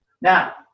Now